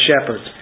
shepherds